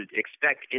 expect